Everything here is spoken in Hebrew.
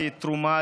כתרומה,